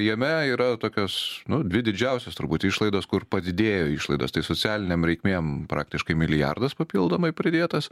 jame yra tokios dvi didžiausios turbūt išlaidos kur padidėjo išlaidos tai socialinėm reikmėm praktiškai milijardas papildomai pridėtas